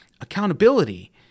Accountability